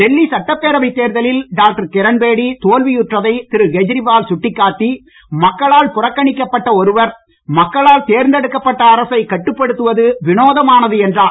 டெல்லி சட்டப்பேரவை தேர்தலில் தோல்வியுற்றதை திரு கேஜரிவால் சுட்டிக்காட்டி மக்களால் புறக்கணிக்கப்பட்ட ஒருவர் மக்களால் தேர்ந்தெடுக்கப்பட்ட அரசை கட்டுப்படுத்துவது விநோதமானது என்றார்